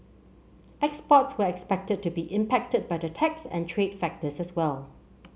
exports were expected to be impacted by the tax and trade factors as well